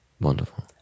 wonderful